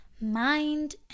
mind